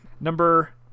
number